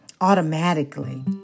automatically